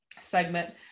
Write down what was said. segment